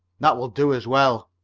that will do as well.